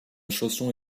chanson